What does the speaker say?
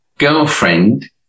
Girlfriend